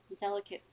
delicate